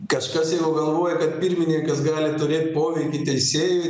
kažkas jeigu galvoja kad pirmininkas gali turėt poveikį teisėjui